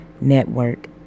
Network